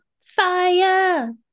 fire